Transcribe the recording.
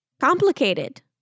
complicated